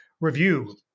Review